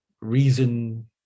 reason